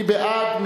מי בעד?